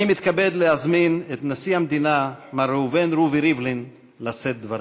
אני מתכבד להזמין את נשיא המדינה מר ראובן רובי ריבלין לשאת דברים.